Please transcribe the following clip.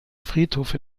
friedhof